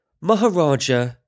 Maharaja